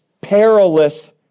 perilous